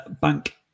Bank